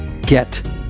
get